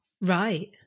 right